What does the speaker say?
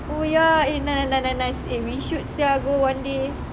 oh ya eh nice nice nice nice eh we should sia go one day